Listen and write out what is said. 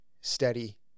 steady